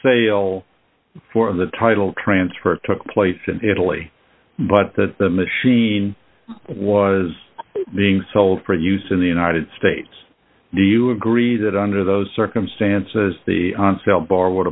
sale for the title transfer took place in italy but that the machine was being sold for use in the united states do you agree that under those circumstances the on sale bar would